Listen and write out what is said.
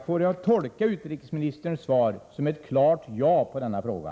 Får jag tolka utrikesministerns svar som ett klart ja på denna fråga?